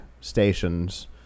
stations